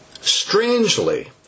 Strangely